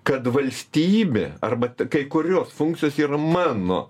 kad valstybė arba kai kurios funkcijos yra mano